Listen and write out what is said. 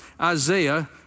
Isaiah